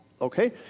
okay